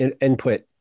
input